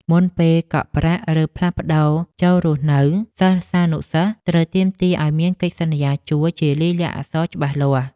មុនពេលកក់ប្រាក់ឬផ្លាស់ប្តូរចូលរស់នៅសិស្សានុសិស្សត្រូវទាមទារឱ្យមានកិច្ចសន្យាជួលជាលាយលក្ខណ៍អក្សរច្បាស់លាស់។